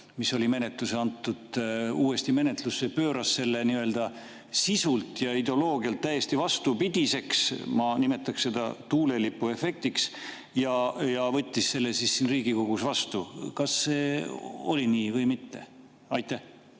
mis oli menetlusse antud, uuesti menetlusse, pööras selle sisult ja ideoloogialt täiesti vastupidiseks – ma nimetaks seda tuulelipuefektiks – ja see võeti siin Riigikogus vastu? Kas see oli nii või mitte? Minu